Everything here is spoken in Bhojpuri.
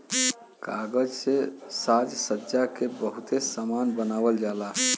कागज से साजसज्जा के बहुते सामान बनावल जाला